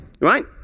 Right